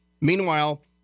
Meanwhile